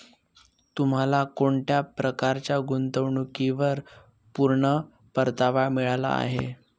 तुम्हाला कोणत्या प्रकारच्या गुंतवणुकीवर पूर्ण परतावा मिळाला आहे